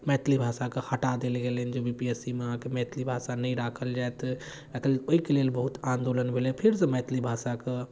मैथिली भाषाके हटा देल गेलनि जे बी पी एस सी मे अहाँके मैथिली भाषा नहि राखल जायत आइ काल्हि ओहिके लेल बहुत आन्दोलन भेलै फेरसॅं मैथिली भाषाके